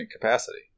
capacity